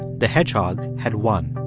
the hedgehog had won,